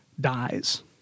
dies